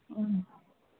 ம்